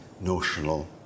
notional